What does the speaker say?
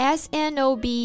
snob